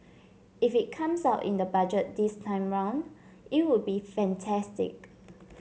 if it comes out in the budget this time around it would be fantastic